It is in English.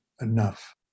enough